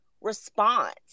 response